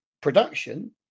production